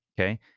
okay